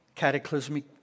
Cataclysmic